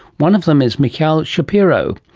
one of them is mikhail shapiro.